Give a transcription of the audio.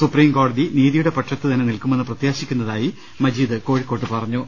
supreme കോടതി നീതിയുടെ പക്ഷത്ത് തന്നെ നിൽക്കുമെന്ന് പ്രത്യാശിക്കുന്നതായും മജീദ് കോഴിക്കോട്ട് പറഞ്ഞു